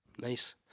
Nice